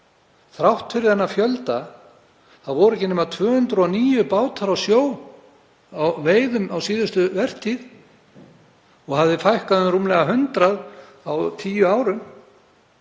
Þrátt fyrir þennan fjölda voru ekki nema 209 bátar á veiðum á síðustu vertíð og hafði fækkað um rúmlega 100 á tíu árum.